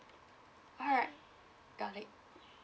all right got it